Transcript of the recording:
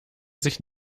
sich